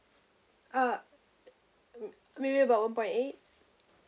uh maybe about one point eight